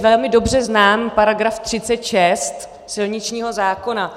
Velmi dobře znám § 36 silničního zákona.